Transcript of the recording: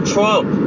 Trump